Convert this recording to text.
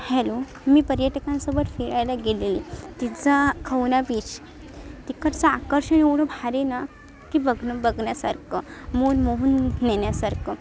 hello मी पर्यटकांसोबत फिरायला गेलेले तिथचा खवना बीच तिकडचं आकर्षण एवढं भारी ना की बग्न बघण्यासारखं मन मोहून नेण्यासारखं